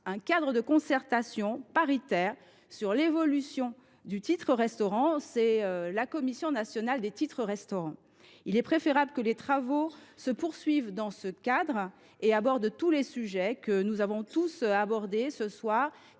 un cadre de concertation paritaire sur l’évolution du titre restaurant : la Commission nationale des titres restaurant. Il est préférable que les travaux se poursuivent dans ce cadre et abordent toutes les questions que nous avons citées